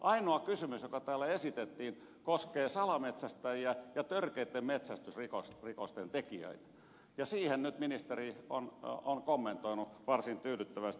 ainoa kysymys joka täällä esitettiin koskee salametsästäjiä ja törkeitten metsästysrikosten tekijöitä ja sitä nyt ministeri on kommentoinut varsin tyydyttävästi